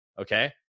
okay